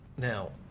Now